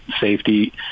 safety